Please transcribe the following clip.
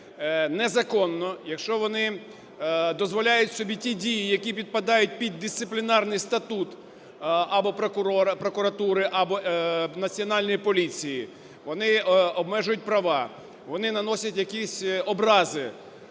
незаконно, якщо вони дозволяють собі ті дії, які підпадають під дисциплінарний статут або прокуратури, або Національної поліції: вони обмежують права, вони наносять якісь образи,